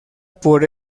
por